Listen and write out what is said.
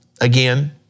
again